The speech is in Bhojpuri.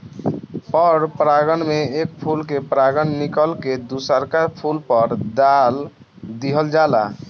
पर परागण में एक फूल के परागण निकल के दुसरका फूल पर दाल दीहल जाला